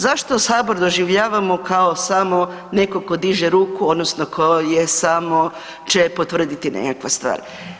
Zašto Sabor doživljavamo kao samo nekog ko diže ruku odnosno ko je samo će potvrditi nekakve stvari?